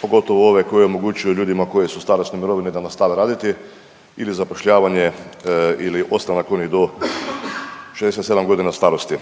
pogotovo ove koje omogućuju ljudima koji su u starosnoj mirovini da nastave raditi ili zapošljavanje ili ostanak onih do 67 godina starosti.